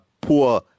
poor